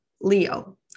Leo